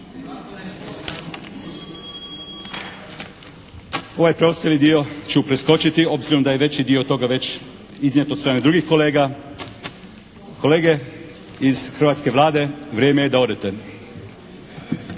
Ovaj preostali dio ću preskočiti obzirom da je veći dio toga već iznijet od strane drugih kolega. Kolege iz hrvatske Vlade, vrijeme je da odete.